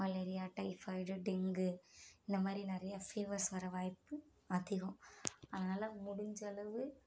malaria typhoid dengue இந்த மாதிரி நிறையா ஃபீவர்ஸ் வர வாய்ப்பு அதிகம் அதனால முடிஞ்ச அளவு